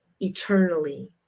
eternally